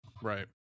Right